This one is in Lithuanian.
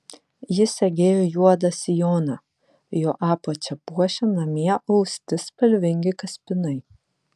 ji segėjo juodą sijoną jo apačią puošė namie austi spalvingi kaspinai